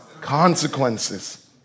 consequences